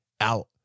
out